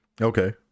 Okay